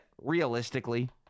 realistically